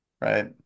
Right